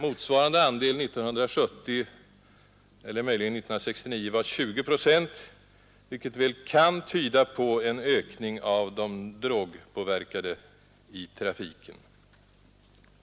Motsvarande andel 1970 — eller möjligen 1969 — var 20 procent, vilket väl kan tyda på en ökning av de drogpåverkade i trafiken.